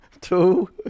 two